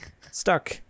stuck